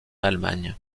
allemagne